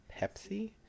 Pepsi